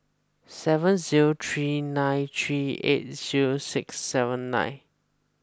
seven zero three nine three eight zero six seven nine